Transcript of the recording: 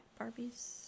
Barbies